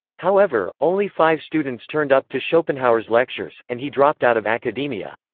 however, only five students turned up to schopenhauer's lectures, and he dropped out of academia.